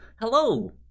Hello